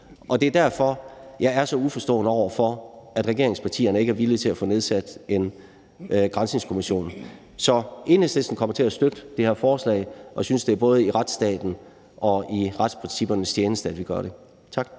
Og det er derfor, jeg er så uforstående over for, at regeringspartierne ikke er villige til at få nedsat en granskningskommission. Så Enhedslisten kommer til at støtte det her forslag og synes, at det både er i retsstaten og i retsprincippernes tjeneste, at vi gør det. Tak.